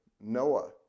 Noah